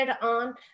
on